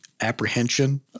apprehension